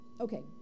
Okay